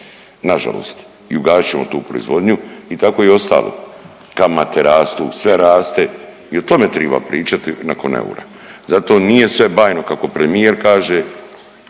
nažalost i ugasit ćemo tu proizvodnju i tako je i ostalo. Kamate rastu, sve raste i o tome triba pričati nakon eura. Zato nije sve bajno kako premijer kaže,